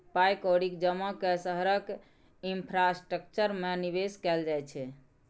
पाइ कौड़ीक जमा कए शहरक इंफ्रास्ट्रक्चर मे निबेश कयल जाइ छै